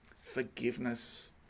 forgiveness